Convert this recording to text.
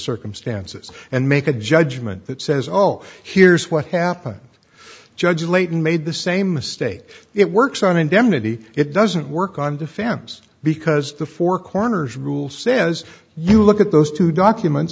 circumstances and make a judgment that says all here's what happened judge layton made the same mistake it works on indemnity it doesn't work on defense because the four corners rule says you look at those two documents